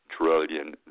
trillion